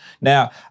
Now